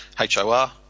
H-O-R